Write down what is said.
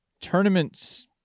tournaments